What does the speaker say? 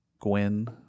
Gwen